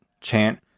chant